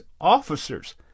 officers